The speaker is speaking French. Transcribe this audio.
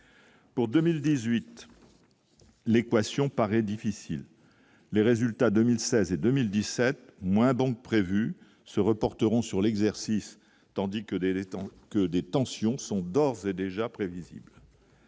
Pour 2018 l'équation paraît difficile, les résultats 2016 et 2017, moins bons que prévu, se reporteront sur l'exercice, tandis que les les temps que des tensions sont d'ores et déjà prévisibles.